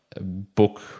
book